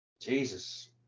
Jesus